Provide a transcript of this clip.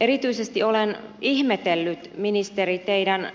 erityisesti olen ihmetellyt ministeri teidän